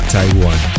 Taiwan